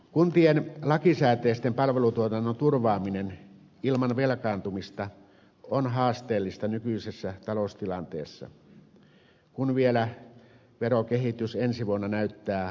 kuntien lakisääteisen palvelutuotannon turvaaminen ilman velkaantumista on haasteellista nykyisessä taloustilanteessa kun vielä verokehitys ensi vuonna näyttää laskevalta